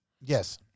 Yes